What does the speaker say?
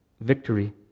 victory